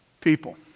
People